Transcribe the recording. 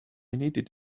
needed